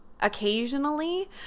occasionally